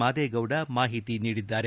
ಮಾದೇಗೌಡ ಮಾಹಿತಿ ನೀಡಿದ್ದಾರೆ